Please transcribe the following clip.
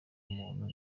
umuntu